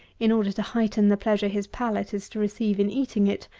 in order to heighten the pleasure his palate is to receive in eating it,